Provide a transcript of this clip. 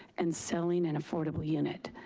and selling an affordable unit.